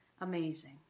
amazing